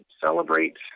celebrate